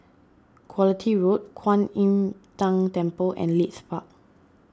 Quality Road Kwan Im Tng Temple and Leith Park